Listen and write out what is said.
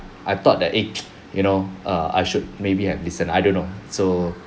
I thought that age you know err I should maybe have listen I don't know so